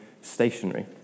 stationary